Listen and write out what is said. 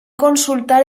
consultar